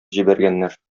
җибәргәннәр